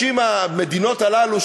המדינות הללו,